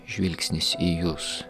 žvilgsnis į jus